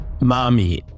Mommy